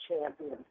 champion